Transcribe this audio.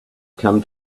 come